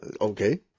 Okay